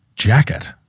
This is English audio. jacket